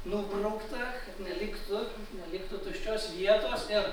nubraukta kad neliktų neliktų tuščios vietos ir